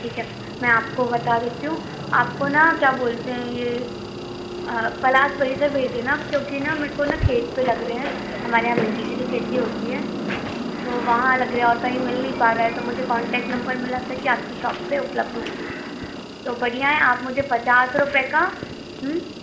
ठीक है मैं आपको बता देती हूँ आपको ना क्या बोलते हैं ये पलाश परिसर भेज देना क्योंकि ना मेरे को ना खेत पे लग रहे हैं हमारे यहाँ भिंडी की जो खेती होती है तो वहाँ लग रहे हैं और कहीं मिल नहीं पा रहा है तो मुझे कॉन्टैक्ट नंबर मिला था कि आपकी शॉप पे उपलब्ध होंगे तो बढ़िया है आप मुझे पचास रुपए का